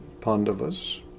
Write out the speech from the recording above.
Pandavas